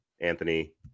Anthony